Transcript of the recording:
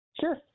Sure